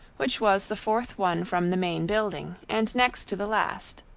which was the fourth one from the main building and next to the last.